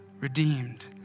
redeemed